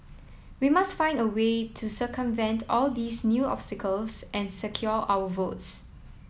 we must find a way to circumvent all these new obstacles and secure our votes